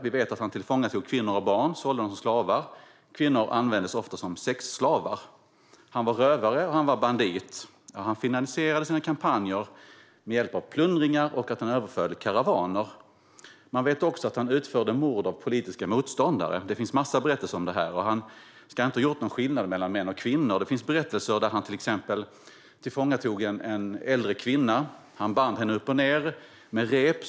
Vi vet att han tillfångatog kvinnor och barn och sålde dem som slavar, och kvinnor användes ofta som sexslavar. Han var rövare och bandit. Han finansierade sina kampanjer med hjälp av plundringar och att han överföll karavaner. Man vet också att han utförde mord på politiska motståndare. Det finns en massa berättelser om det. Han ska inte ha gjort någon skillnad mellan män och kvinnor. Det finns berättelser där han till exempel tillfångatog en äldre kvinna. Han band henne upp och ned med rep.